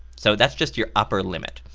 so that's just your upper limit,